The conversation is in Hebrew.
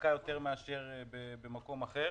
הדבקה מאשר במקום אחר,